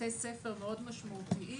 בתי ספר מאוד משמעותיים